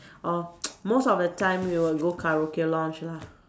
or most of the time we will go karaoke lounge lah